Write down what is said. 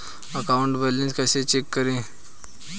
Account balance कैसे check करें?